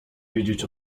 wiedzieć